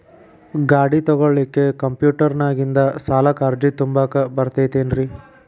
ಗಾಡಿ ತೊಗೋಳಿಕ್ಕೆ ಕಂಪ್ಯೂಟೆರ್ನ್ಯಾಗಿಂದ ಸಾಲಕ್ಕ್ ಅರ್ಜಿ ತುಂಬಾಕ ಬರತೈತೇನ್ರೇ?